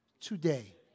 today